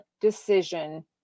decision